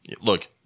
Look